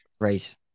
Right